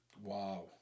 Wow